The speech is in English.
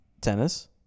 Tennis